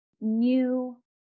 new